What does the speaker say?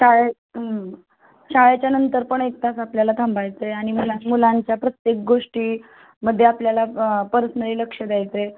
शाळेत शाळेच्यानंतर पण एक तास आपल्याला थांबायचं आणि मुलां मुलांच्या प्रत्येक गोष्टीमध्ये आपल्याला पर्सनली लक्ष द्यायचं आहे